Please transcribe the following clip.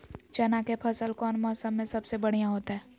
चना के फसल कौन मौसम में सबसे बढ़िया होतय?